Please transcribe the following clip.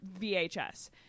VHS